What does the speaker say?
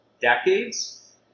decades